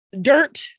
dirt